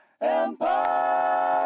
Empire